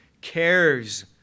cares